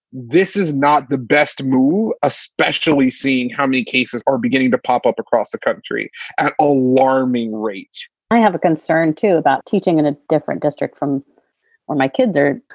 this is not the best move, especially seeing how many cases are beginning to pop up across the country at alarming rates i have a concern, too, about teaching in a different district from where my kids are.